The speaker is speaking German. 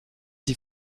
die